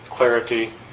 clarity